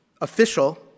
official